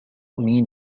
mean